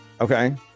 okay